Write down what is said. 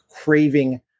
craving